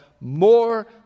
more